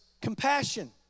compassion